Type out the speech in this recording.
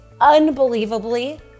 unbelievably